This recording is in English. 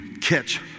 catch